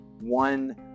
one